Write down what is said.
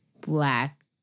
black